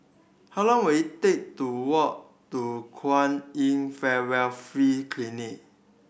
how long will it take to walk to Kwan In Free Clinic